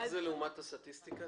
איך זה לעומת הסטטיסטיקה?